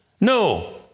No